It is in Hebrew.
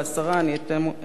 אני אתן אותם